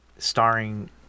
Starring